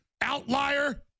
outlier